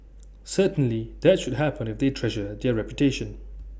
certainly that should happen if they treasure their reputation